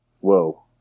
Whoa